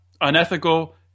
unethical